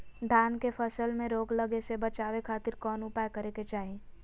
धान के फसल में रोग लगे से बचावे खातिर कौन उपाय करे के चाही?